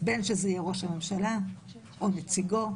בין שזה יהיה ראש ממשלה או נציגו,